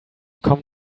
come